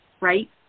Right